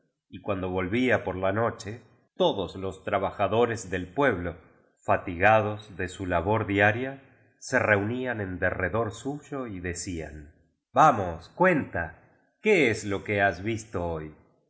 y cuando volvía por la noche todos los trabajadores del pueblo fatigados de su labor diaria se reunían en derre dor suyo y decían vamos cuenta qué es lo que has visto hoy el